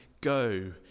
go